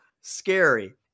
scary